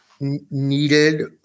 needed